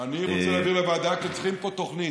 אני רוצה להעביר לוועדה, כי צריכים פה תוכנית.